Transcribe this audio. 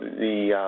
the